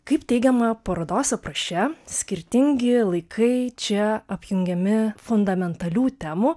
kaip teigiama parodos apraše skirtingi laikai čia apjungiami fundamentalių temų